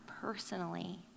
personally